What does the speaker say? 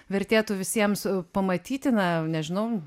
vertėtų visiems pamatyti na nežinau